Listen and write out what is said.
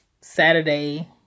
Saturday